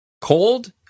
Cold